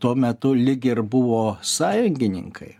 tuo metu lyg ir buvo sąjungininkai